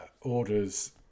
orders